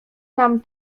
nam